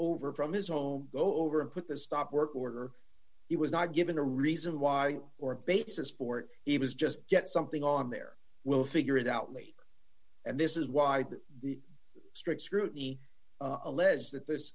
over from his home go over and put the stop work order he was not given a reason why or bases sport he was just get something on there we'll figure it out later and this is why that the strict scrutiny of alleged that